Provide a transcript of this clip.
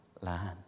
land